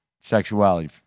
sexuality